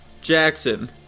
Jackson